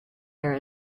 here